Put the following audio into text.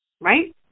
Right